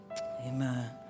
Amen